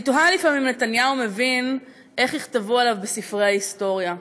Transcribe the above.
אני תוהה לפעמים אם נתניהו מבין איך יכתבו עליו בספרי ההיסטוריה.